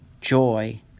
joy